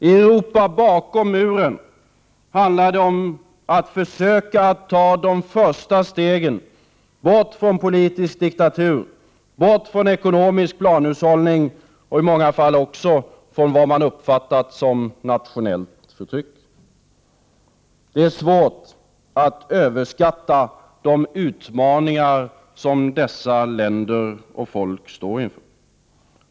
I Europa bakom muren handlar det om att försöka att ta de första stegen bort från politisk diktatur, från ekonomisk planhushållning och i många fall också från något som uppfattats som nationellt förtryck. Det är svårt att överskatta de utmaningar som dessa länder och folk står inför.